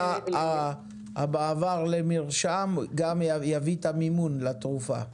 בעבר למרשם גם יביא את המימון לתרופה.